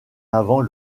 avant